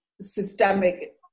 systemic